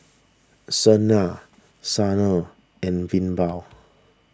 Sunil Sanal and Vinoba